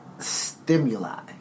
Stimuli